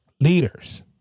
leaders